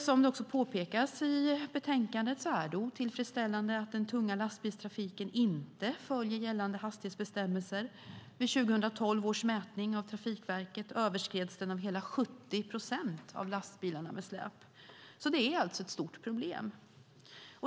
Som påpekas i betänkandet är det otillfredsställande att den tunga lastbilstrafiken inte följer gällande hastighetsbestämmelser. Vid 2012 års mätning av Trafikverket överskreds den av hela 70 procent av lastbilarna med släp. Det är alltså ett stort problem.